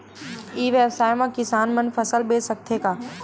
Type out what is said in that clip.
ई व्यवसाय म किसान मन फसल बेच सकथे का?